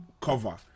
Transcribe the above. cover